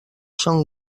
són